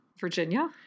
Virginia